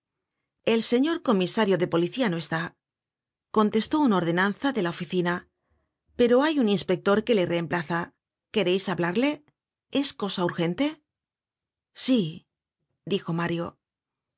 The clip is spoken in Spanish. el señor comisario de policía no está contestó un ordenanza de la oficina pero hay un inspector que le reemplaza quereis hablarle es cosa urgente sí dijo mario